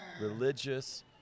religious